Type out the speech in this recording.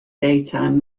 daytime